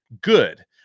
good